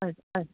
स् अस्तु